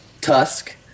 Tusk